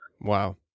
Wow